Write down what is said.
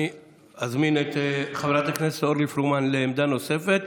אני אזמין את חברת הכנסת אורלי פרומן לעמדה נוספת.